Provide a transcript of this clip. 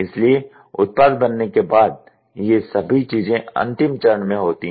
इसलिए उत्पाद बनने के बाद ये सभी चीजें अंतिम चरण में होती हैं